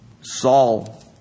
Saul